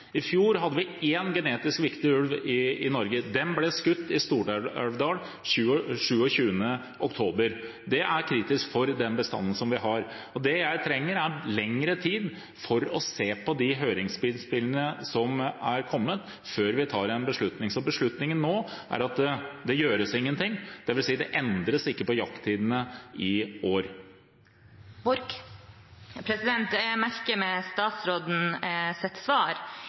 I fjor hadde vi én genetisk viktig ulv i Norge. Den ble skutt i Stor-Elvdal 25. oktober. Det er kritisk for den bestanden vi har. Det jeg trenger, er lengre tid for å se på de høringsinnspillene som er kommet, før vi tar en beslutning. Beslutningen nå er at det gjøres ingenting, dvs. jakttidene endres ikke i år. Jeg merker meg statsrådens svar. Igjen må jeg poengtere at bestanden er i dag langt over det den skal være. Hvordan stiller statsråden